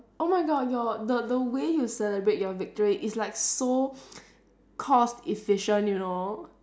oh my god your the the way you celebrate your victory is like so cost efficient you know